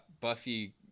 Buffy